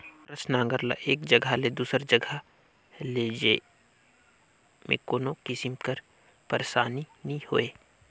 अकरस नांगर ल एक जगहा ले दूसर जगहा लेइजे मे कोनो किसिम कर पइरसानी नी होए